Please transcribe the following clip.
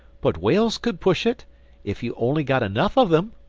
but whales could push it if you only got enough of them.